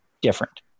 different